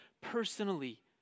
personally